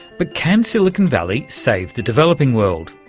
but can silicon valley save the developing world?